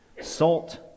Salt